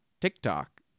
TikTok